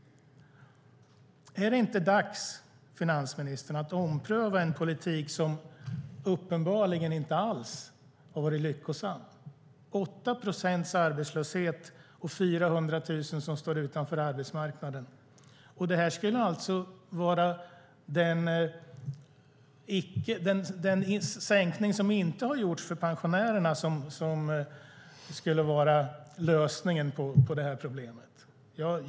Är det inte dags, finansministern, att ompröva en politik som uppenbarligen inte alls har varit lyckosam - 8 procents arbetslöshet och 400 000 som står utanför arbetsmarknaden? Det är alltså den sänkning som inte har gjorts för pensionärerna som skulle vara lösningen på det här problemet.